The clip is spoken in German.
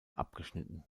abgeschnitten